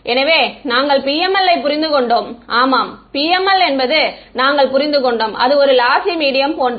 எனவே நாங்கள் PML யை புரிந்து கொண்டோம் ஆமாம் PML என்பதை நாங்கள் புரிந்துகொண்டோம் அது ஒரு லாசி மீடியம் போன்றது